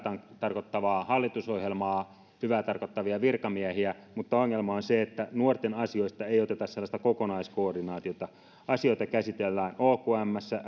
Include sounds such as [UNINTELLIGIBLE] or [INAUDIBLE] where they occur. tarkoittava hallitusohjelma hyvää tarkoittavia virkamiehiä mutta ongelma on se että nuorten asioista ei oteta sellaista kokonaiskoordinaatiota asioita käsitellään okmssä [UNINTELLIGIBLE]